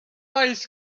ice